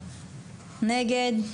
מי נגד?